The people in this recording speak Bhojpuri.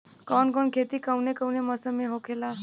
कवन कवन खेती कउने कउने मौसम में होखेला?